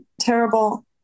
terrible